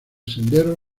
sendero